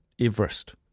Everest